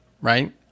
right